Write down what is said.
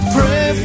Pray